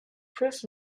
proof